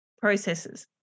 processes